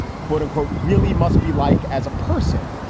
quote unquote, really must be like as a person.